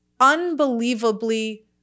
unbelievably